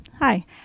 Hi